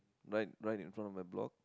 right right in front of my block